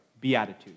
Beatitudes